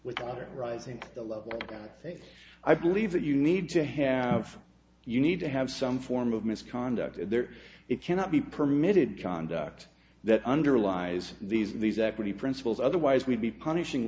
with water rising to the level i believe that you need to have you need to have some form of misconduct there it cannot be permitted conduct that underlies these these equity principles otherwise we'd be punishing